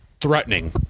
threatening